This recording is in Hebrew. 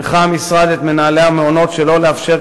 הנחה המשרד את מנהלי המעונות שלא לאפשר